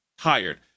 tired